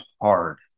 hard